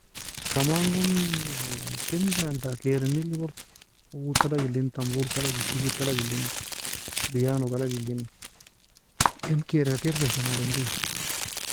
كمان gon ken ta يعني keray ne li برضو عود ta alag eli طنبور ka alag elin keisar ka alag elin biano galag elin ken keray ka kair kesa ademri